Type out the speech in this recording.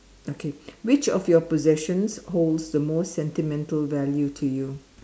okay which of your possession holds the most sentimental value to you